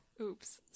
Oops